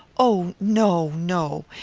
oh, no, no.